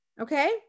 Okay